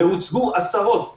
והוצגו עשרות כאלה,